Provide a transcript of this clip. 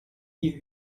you